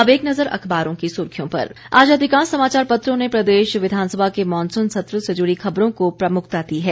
अब एक नजर अखबारों की सुर्खियों पर आज अधिकांश समाचार पत्रों ने प्रदेश विधानसभा के मॉनसून सत्र से जुड़ी खबरों को प्रमुखता दी है